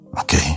Okay